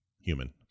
human